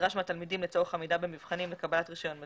הנדרש מהתלמידים לצורך עמידה במבחנים לקבלת רישיון מדביר,